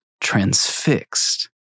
transfixed